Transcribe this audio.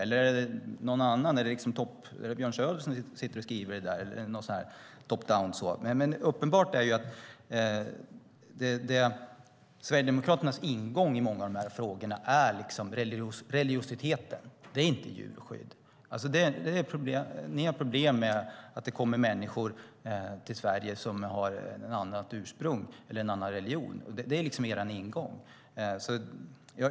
Eller är det Björn Söder eller någon annan som sitter och skriver detta? Det är uppenbart att Sverigedemokraternas ingång i många av dessa frågor är religiositeten och inte djurskyddet. Ni har problem med att det kommer människor till Sverige som har ett annat ursprung eller en annan religion. Det är er ingång.